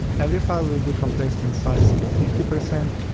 every file will be reduced in size and by fifty percent